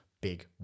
big